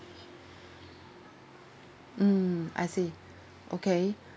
mm I see okay